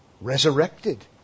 resurrected